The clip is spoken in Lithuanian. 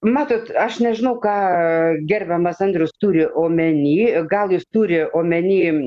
matot aš nežinau ką gerbiamas andrius turi omeny ir gal jis turi omeny